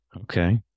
Okay